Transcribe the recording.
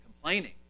complaining